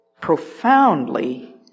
profoundly